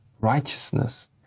righteousness